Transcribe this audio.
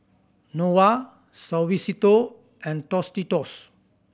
Nova Suavecito and Tostitos